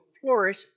flourish